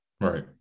Right